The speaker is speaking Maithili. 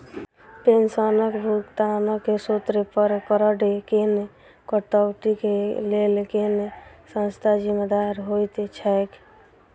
पेंशनक भुगतानक स्त्रोत पर करऽ केँ कटौतीक लेल केँ संस्था जिम्मेदार होइत छैक?